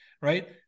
right